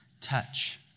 touch